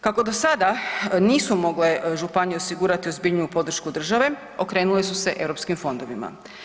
Kako do sada nisu mogle županije osigurati ozbiljniju podršku države okrenule su se europskim fondovima.